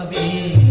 a